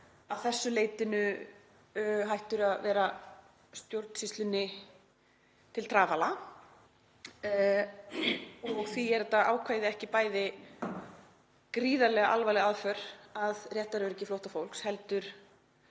að þessu leytinu hættur að vera stjórnsýslunni til trafala. Því er þetta ákvæði ekki bara gríðarleg alvarleg aðför að réttaröryggi flóttafólks heldur